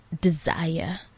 desire